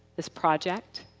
this project,